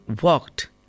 walked